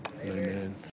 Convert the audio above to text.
Amen